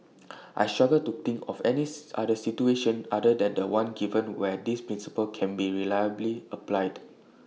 I struggle to think of any other situation other than The One given where this principle can be reliably applied